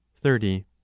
thirty